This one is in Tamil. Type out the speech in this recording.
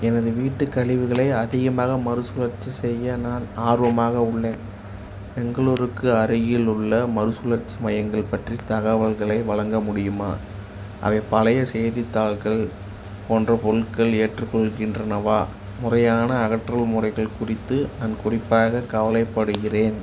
எனது வீட்டுக் கழிவுகளை அதிகமாக மறுசுழற்சி செய்ய நான் ஆர்வமாக உள்ளேன் பெங்களூருக்கு அருகிலுள்ள மறுசுழற்சி மையங்கள் பற்றித் தகவல்களை வழங்க முடியுமா அவை பழைய செய்தித்தாள்கள் போன்ற பொருட்கள் ஏற்றுக்கொள்கின்றனவா முறையான அகற்றல் முறைகள் குறித்து நான் குறிப்பாக கவலைப்படுகிறேன்